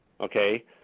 Okay